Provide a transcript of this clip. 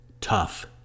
tough